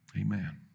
Amen